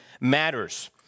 matters